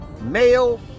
male